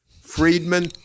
Friedman